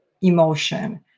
emotion